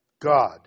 God